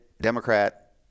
Democrat